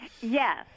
Yes